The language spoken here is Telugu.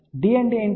D అంటే ఏమిటి